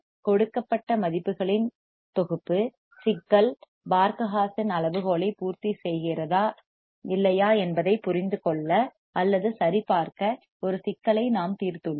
கொடுக்கப்பட்ட மதிப்புகளின் தொகுப்பு சிக்கல் பார்க ஹா சென் அளவுகோலை பூர்த்திசெய்கிறதா இல்லையா என்பதை புரிந்து கொள்ள அல்லது சரிபார்க்க ஒரு சிக்கலை நாம் தீர்த்துள்ளோம்